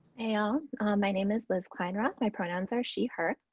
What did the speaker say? and my name is liz kleinrock. my pronouns are she her.